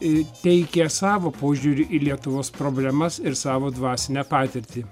įteikę savo požiūrį į lietuvos problemas ir savo dvasinę patirtį